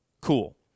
Cool